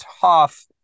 tough